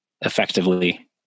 effectively